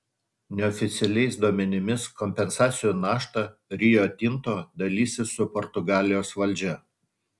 neoficialiais duomenimis kompensacijų naštą rio tinto dalysis su portugalijos valdžia